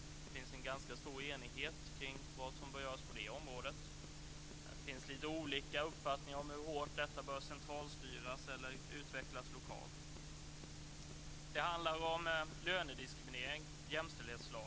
Det finns en ganska stor enighet kring vad som bör göras på det området men lite olika uppfattningar om huruvida detta bör centralstyras eller utvecklas lokalt. Det handlar om lönediskriminering och jämställdhetslagen.